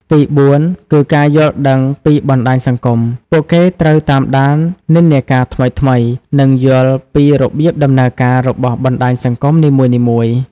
ទីបួនគឺ ការយល់ដឹងពីបណ្តាញសង្គម។ ពួកគេត្រូវតាមដាននិន្នាការថ្មីៗ និងយល់ពីរបៀបដំណើរការរបស់បណ្តាញសង្គមនីមួយៗ។